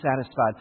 satisfied